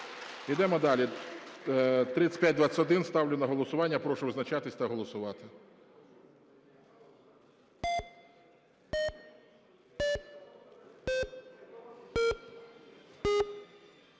Йдемо далі. 3521. Ставлю на голосування. Прошу визначатись та голосувати.